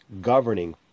governing